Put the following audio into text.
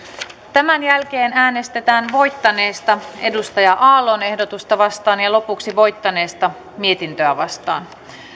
tämän jälkeen äänestetään voittaneesta touko aallon ehdotusta vastaan ja lopuksi voittaneesta mietintöä vastaan